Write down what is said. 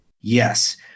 Yes